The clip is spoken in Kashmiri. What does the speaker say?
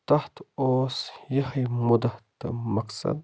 تَتھ اوس یِہوٚے مُدعا تہٕ مقصد